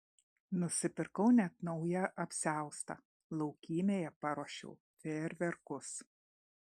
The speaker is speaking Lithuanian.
nusipirkau net naują apsiaustą laukymėje paruošiau fejerverkus